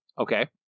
Okay